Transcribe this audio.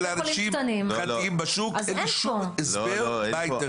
אנשים פרטיים בשוק --- יש פה משהו שזה לא בצפון,